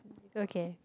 okay